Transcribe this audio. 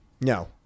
No